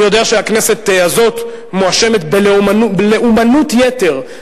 אני יודע שהכנסת הזאת מואשמת בלאומנות יתר,